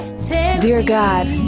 so dear god,